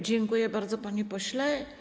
Dziękuję bardzo, panie pośle.